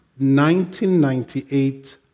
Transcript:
1998